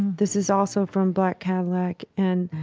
this is also from black cadillac, and